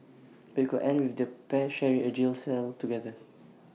but IT could end with the pair sharing A jail cell together